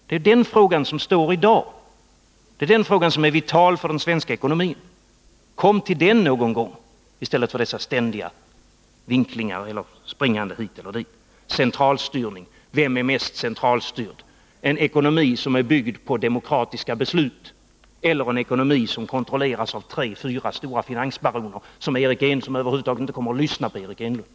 Det är den frågan som gäller i dag. Det är den frågan som är vital för den svenska ekonomin. Kom till den någon gång i stället för dessa ständiga resonemang om förhållanden i det ena eller andra landet och om centralstyrning! Vilken är mest centralstyrd — en ekonomi som är byggd på demokratiska beslut eller en ekonomi som kontrolleras av tre fyra stora finansbaroner, som över huvud taget inte skulle lyssna på Eric Enlund?